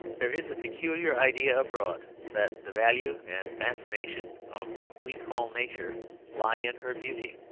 there is a peculiar idea abroad that the value and fascination of what we call nature lie in her beauty.